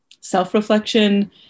self-reflection